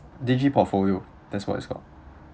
digi portfolio that's what it's called